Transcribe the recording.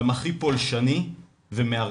גם הכי פולשני ומערער.